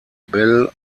bell